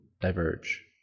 diverge